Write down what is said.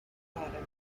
anffurfiol